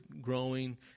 growing